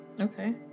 Okay